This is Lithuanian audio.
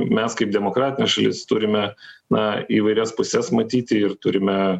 mes kaip demokratinė šalis turime na įvairias puses matyti ir turime